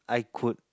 I could